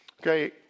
Okay